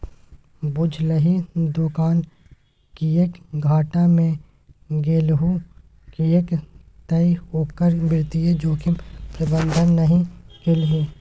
बुझलही दोकान किएक घाटा मे गेलहु किएक तए ओकर वित्तीय जोखिम प्रबंधन नहि केलही